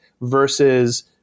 versus